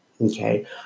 okay